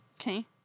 Okay